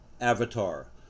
avatar